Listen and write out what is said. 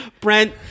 Brent